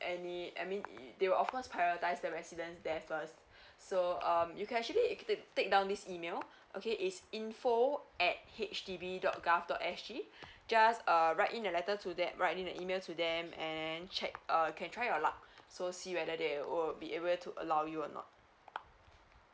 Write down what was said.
any I mean they will offer prioritize the resident there first so um you can actually ta~ take down this email okay is info at H D B dot gov dot S G just err write in a letter to that write in an email to them and check err can try your luck so see whether they will be able to allow you or not